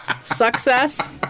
Success